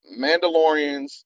Mandalorians